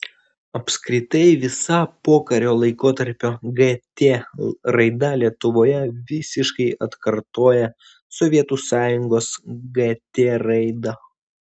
apskritai visa pokario laikotarpio gt raida lietuvoje visiškai atkartoja sovietų sąjungos gt raidą